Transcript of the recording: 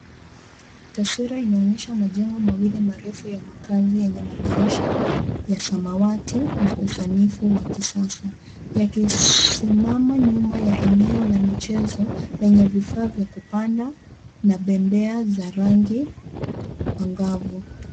Taswira inaonyesha majengo mawili marefu ya makazi yenye madirisha ya samawati na usanifu wa kisasa. Yakisimama nyuma ya eneo la michezo lenye vifaa vya kupanda na bembea za rangi angavu.